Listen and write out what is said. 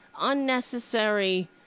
unnecessary